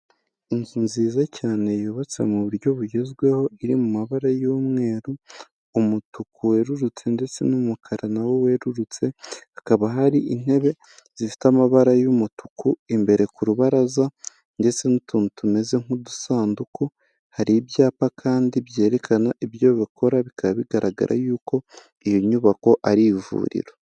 Inzu nziza cyane yubatse mu buryo bugezweho, iri mu mabara y'umweru, umutuku werurutse ndetse n'umukara nawo werurutse, hakaba hari intebe zifite amabara, y'umutuku imbere ku rubaraza ndetse n'utuntu tumeze nk'udusanduku, hari ibyapa kandi byerekana ibyo bakora, bikaba bigaragara y'uko, iyo nyubako ari ivuriro.